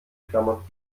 klammern